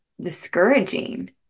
discouraging